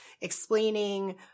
explaining